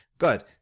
Good